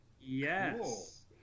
yes